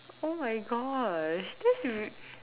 oh my gosh this is